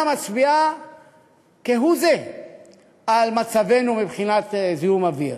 מצביעה כהוא-זה על מצבנו מבחינת זיהום אוויר,